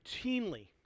routinely